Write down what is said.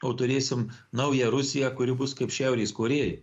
o turėsim naują rusiją kuri bus kaip šiaurės korėja